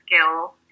skill